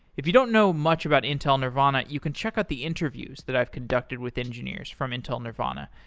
if you don't know much about intel nervana, you can check out the interviews that i've conducted with engineers from intel nervana,